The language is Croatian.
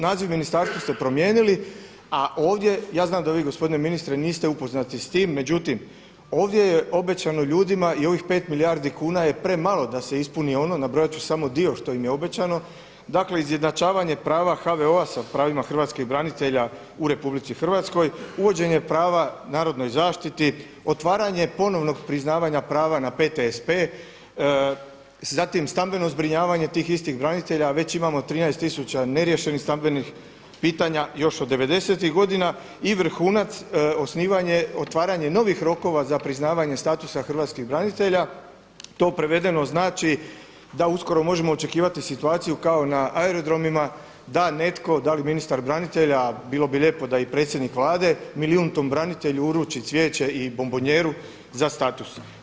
Naziv ministarstva ste promijenili, a ovdje, ja znam da vi gospodine ministre niste upoznati s tim, međutim ovdje je obećano ljudima i ovih pet milijardi kuna je premalo da se ispuni ono, nabrojat ću samo dio što im je obećano, dakle izjednačavanje prava HVO-a sa pravima hrvatskih branitelja u RH, uvođenje prava narodnoj zaštiti, otvaranje ponovnog priznavanja prava na PTSP, zatim stambeno zbrinjavanje tih istih branitelja, a već imamo 13 tisuća neriješenih stambenih pitanja još od '90.-ih godina i vrhunac osnivanje, otvaranje novih rokova za priznavanje statusa hrvatskih branitelja, to prevedeno znači da uskoro možemo očekivati situaciju kao na aerodromima da netko da li ministar branitelja, bilo bi lijepo da i predsjednik Vlade, milijuntom branitelju uruči cvijeće i bombonjeru za status.